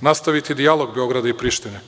nastaviti dijalog Beograd i Prištine.